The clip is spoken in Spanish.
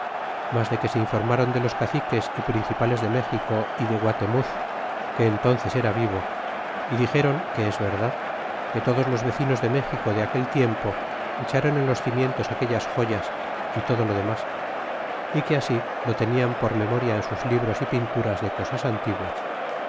mas de que se informaron de los caciques y principales de méxico y de guatemuz que entónces era vivo é dixeron que es verdad que todos los vecinos de méxico de aquel tiempo echaron en los cimientos aquellas joyas é todo lo demas é que así lo tenian por memoria en sus libros y pinturas de cosas antiguas